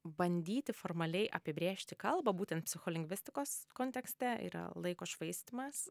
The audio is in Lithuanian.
bandyti formaliai apibrėžti kalbą būtent psicholingvistikos kontekste yra laiko švaistymas